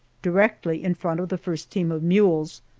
directly in front of the first team of mules,